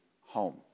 home